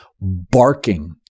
Barking